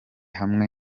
hamwe